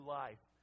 life